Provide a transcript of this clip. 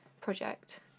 project